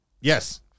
Yes